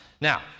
Now